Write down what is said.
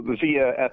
via